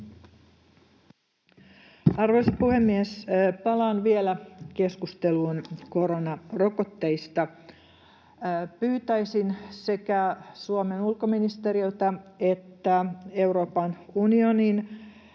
Arvoisa puhemies! Palaan vielä keskusteluun koronarokotteista. Pyytäisin sekä Suomen ulkoministeriötä että Euroopan unionin